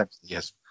yes